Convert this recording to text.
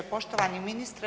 Poštovani ministre.